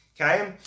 okay